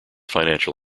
financial